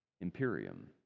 imperium